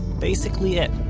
basically it.